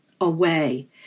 away